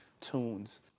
tunes